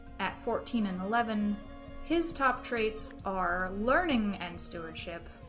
at fourteen and eleven his top traits are learning and stewardship